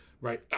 right